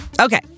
Okay